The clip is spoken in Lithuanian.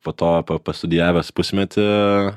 po to pastudijavęs pusmetį